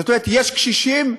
זאת אומרת: יש קשישים,